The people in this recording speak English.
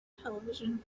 television